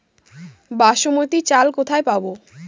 বাসমতী চাল কোথায় পাবো?